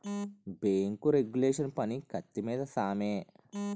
bank regulation పని కత్తి మీద సామే